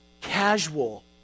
casual